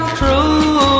true